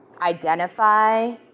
identify